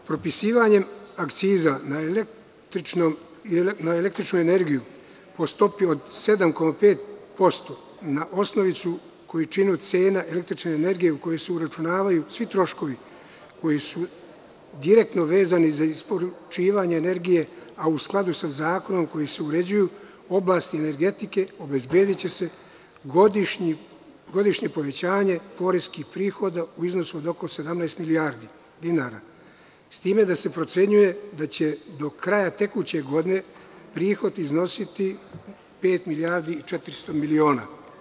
Propisivanjem akciza na električnu energiju po stopi od 7,5% na osnovicu koju čini cela električne energije u koju se uračunavaju svi troškovi koji su direktno vezani za isporučivanje energije, a u skladu sa zakonom kojim se uređuju oblast energetike, obezbediće se godišnje povećanje poreskih prihoda u iznosu od oko 17 milijarde dinara, s time da se procenjuje da će do kraja tekuće godine prihod iznositi pet milijardi i 400 miliona.